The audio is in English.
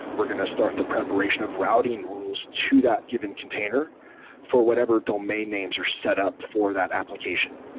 we're going to start the preparation of routing rules to that given container for whatever domain names are set up for that application.